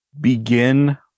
begin